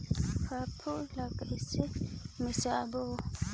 फाफण ला कइसे मिसबो?